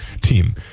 team